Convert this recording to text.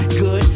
good